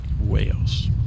Wales